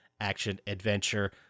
action-adventure